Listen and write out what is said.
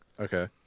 Okay